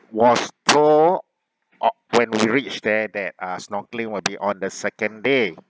was told when we reach there that uh snorkeling would be on the second day